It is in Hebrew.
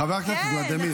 חבר הכנסת ולדימיר,